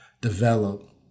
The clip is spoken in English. develop